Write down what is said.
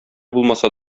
булмаса